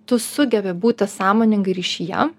tu sugebi būti sąmoningai ryšyje